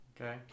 Okay